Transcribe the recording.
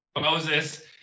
moses